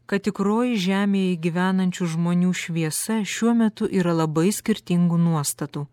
kad tikroji žemėje gyvenančių žmonių šviesa šiuo metu yra labai skirtingų nuostatų